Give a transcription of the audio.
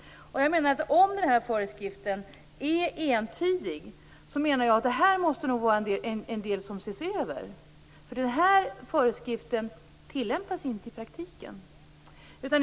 Om den här föreskriften är entydig så menar jag att det här måste vara en del som ses över. För föreskriften tillämpas inte i praktiken.